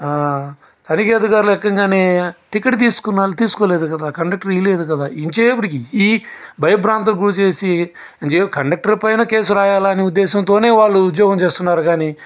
తనిఖీ అధికారులు ఎక్కంగానే టికెట్ తీసుకున్నోళ్ళు తీసుకోలేదు కదా కండక్టర్ ఇయ్యలేదు కదా ఎంత్చేప్పుడికి ఈ భయభ్రాంతులకి గురిచేసి కండక్టర్ పైనే కేసు రాయలని ఉద్దేశంతోనే వాళ్ళు ఉద్యోగం చేస్తున్నారు కానీ